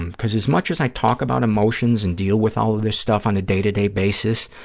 and because as much as i talk about emotions and deal with all of this stuff on a day-to-day basis,